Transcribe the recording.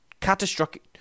catastrophic